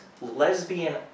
lesbian